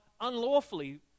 unlawfully